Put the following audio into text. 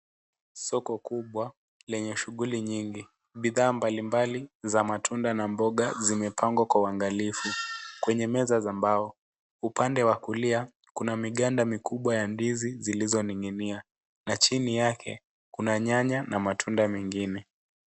Soko kubwa lenye shughuli nyingi. Bidhaa mbalimbali za matunda na mboga zimepangwa kwa uangalifu, kwenye meza za mbao. Upande wa kulia, kuna miganda mikubwa ya ndizi zilizoning'inia, na chini yake kuna nyanya na matunda mengine.